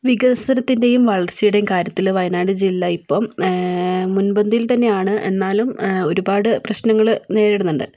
വികസനത്തിൻ്റെയും വളർച്ചയുടെയും കാര്യത്തിൽ വയനാട് ജില്ലയിപ്പം മുൻപന്തിയിൽ തന്നെയാണ് എന്നാലും ഒരുപാട് പ്രശ്നങ്ങൾ നേരിടുന്നുണ്ട്